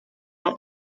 not